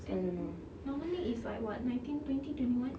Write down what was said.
then normally is like what nineteen twenty twenty one